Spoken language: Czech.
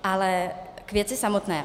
Ale k věci samotné.